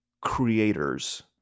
creators